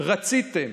רציתם